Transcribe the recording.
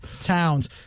towns